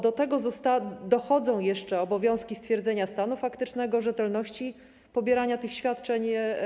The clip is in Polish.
Do tego dochodzą jeszcze obowiązki stwierdzenia stanu faktycznego, rzetelności pobierania tych świadczeń.